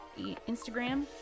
Instagram